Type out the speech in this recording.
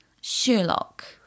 Sherlock